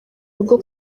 rugo